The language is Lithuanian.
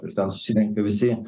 kur ten susirenka visi